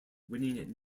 winning